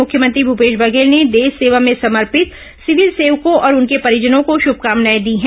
मुख्यमंत्री भूपेश बघेल ने देश सेवा में समर्पित सिविल सेवकों और उनके परिजनों को श्मकामनाए दी हैं